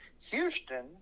Houston